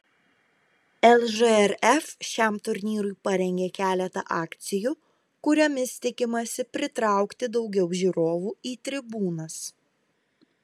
lžrf šiam turnyrui parengė keletą akcijų kuriomis tikimasi pritraukti daugiau žiūrovų į tribūnas